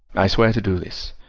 i swear to do this,